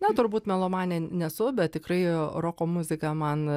na turbūt melomanė nesu bet tikrai roko muzika man